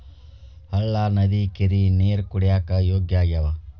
ಹಳ್ಳಾ ನದಿ ಕೆರಿ ನೇರ ಕುಡಿಯಾಕ ಯೋಗ್ಯ ಆಗ್ಯಾವ